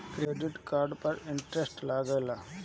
Credit card पर interest लागेला?